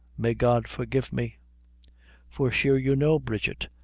may god forgive me for sure you know, bridget,